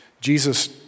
Jesus